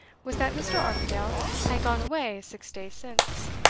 was that mr. armadale had gone away six days since.